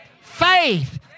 faith